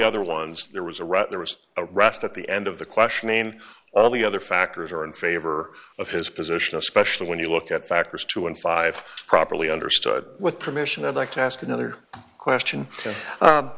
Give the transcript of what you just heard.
other ones there was a right there was a rest at the end of the question in all the other factors or in favor of his position especially when you look at factors two and five properly understood with permission i'd like to ask another question